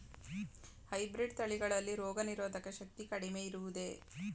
Hybrid ತಳಿಗಳಲ್ಲಿ ರೋಗನಿರೋಧಕ ಶಕ್ತಿ ಕಡಿಮೆ ಇರುವುದೇ?